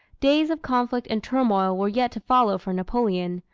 days of conflict and turmoil were yet to follow for napoleon,